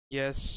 yes